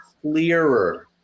clearer